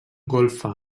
golfa